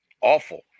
awful